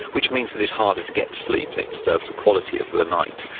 which means that it's harder to get to sleep and it disturbs the quality of the night.